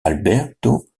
alberto